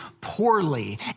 poorly